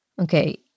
Okay